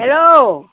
hello